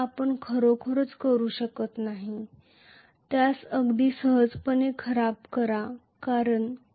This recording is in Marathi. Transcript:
आपण खरोखर त्यांना सहजपणे खराब करू शकत नाही